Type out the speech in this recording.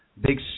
big